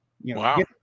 Wow